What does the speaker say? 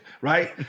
right